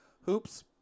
hoops